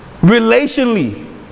Relationally